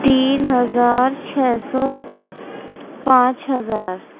تین ہزار چھ سو پانچ ہزار